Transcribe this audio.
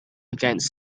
against